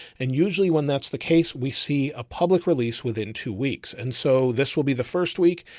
and usually when that's the case, we see a public release within two weeks. and so this will be the first week.